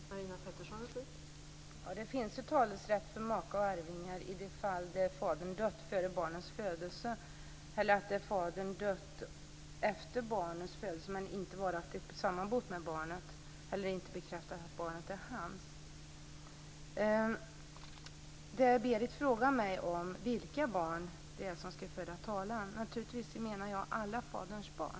Fru talman! Det finns talerätt för maka och arvingar i det fall där fadern dött före barnets födelse eller då fadern dött efter barnets födelse men inte varaktigt sammanbott med barnet eller inte bekräftat att barnet är hans. Berit frågar mig om vilka barn det är som skall föra talan. Naturligtvis menar jag alla faderns barn.